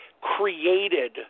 created